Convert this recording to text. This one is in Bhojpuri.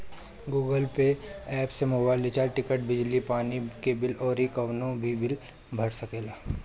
गूगल पे एप्प से मोबाईल रिचार्ज, टिकट, बिजली पानी के बिल अउरी कवनो भी बिल भर सकेला